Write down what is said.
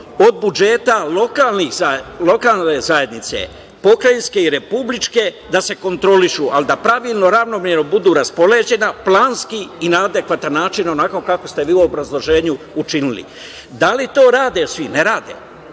od budžeta lokalne zajednice, pokrajinske i republičke kontrolišu, ali da pravilno, ravnomerno budu raspoređena, planski i na adekvatan način, onako kako ste vi u obrazloženju učinili. Da li to rade svi? Ne rade.